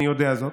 אני יודע זאת.